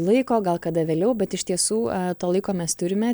laiko gal kada vėliau bet iš tiesų to laiko mes turime